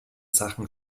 sachen